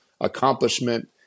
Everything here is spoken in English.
accomplishment